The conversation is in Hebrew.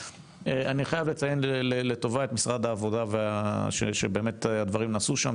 אני חייב לציין לטובה את משרד העבודה שבאמת הדברים נעשו שם,